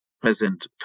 present